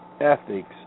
Ethics